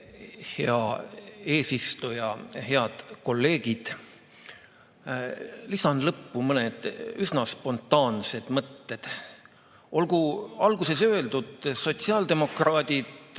Hea eesistuja! Head kolleegid! Lisan lõppu mõned üsna spontaansed mõtted. Olgu alguses öeldud, et sotsiaaldemokraadid